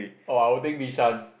oh I will think Bishan